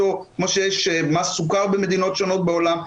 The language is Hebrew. כמו שיש מס סוכר במדינות שונות בעולם.